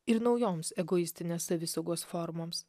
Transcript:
ir naujoms egoistinės savisaugos formoms